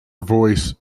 voice